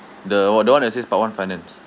the o~ the one that says part one finance